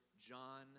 John